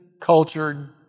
cultured